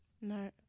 No